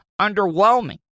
underwhelming